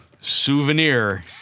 souvenir